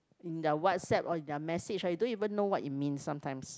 in their WhatsApp or in their message ah you don't even know what it means sometimes